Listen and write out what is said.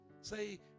Say